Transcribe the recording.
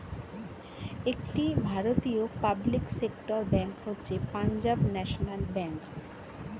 একটি ভারতীয় public sector bank হচ্ছে পাঞ্জাব ন্যাশনাল ব্যাঙ্ক